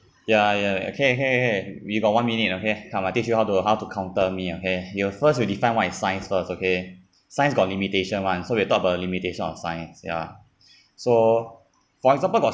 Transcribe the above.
ya ya okay !hey! !hey! we got one minute okay come I teach you how to how to counter me okay you first you define what is science first okay science got limitation [one] so we'll talk about limitation of science ya so for example got